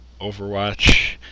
Overwatch